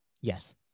Yes